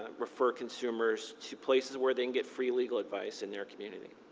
refer consumers to places where they can get free legal advice in their community.